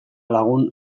lagun